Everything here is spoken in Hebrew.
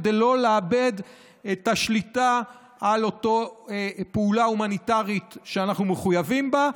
כדי לא לאבד את השליטה על אותה פעולה הומניטרית שאנחנו מחויבים בה.